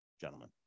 gentlemen